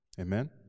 Amen